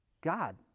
God